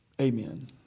Amen